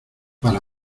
para